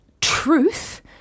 truth